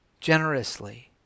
Generously